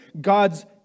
God's